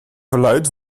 verluidt